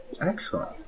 Excellent